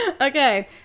Okay